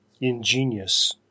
ingenious